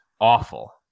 awful